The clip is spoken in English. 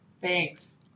Thanks